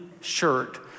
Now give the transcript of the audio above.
shirt